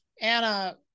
Anna